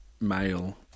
male